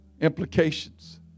implications